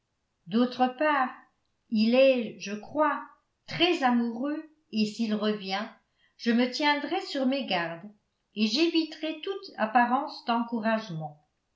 d'autre part il est je crois très amoureux et s'il revient je me tiendrai sur mes gardes et j'éviterai toute apparence d'encouragement